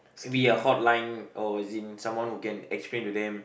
maybe a hotline or as in someone who can explain to them